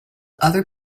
other